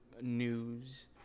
news